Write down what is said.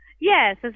Yes